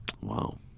Wow